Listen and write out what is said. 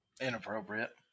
Inappropriate